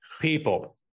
people